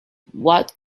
what